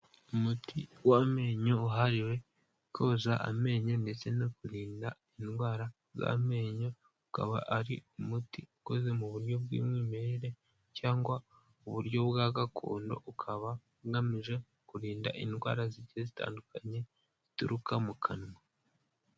Umuti w'amenyo wahariwe koza amenyo ndetse no kurinda indwara z'amenyo, ukaba ari umuti ukoze mu buryo bw'umwimerere cyangwa uburyo bwa gakondo, ukaba ugamije kurinda indwara zigiye zitandukanye zituruka mu kanwa.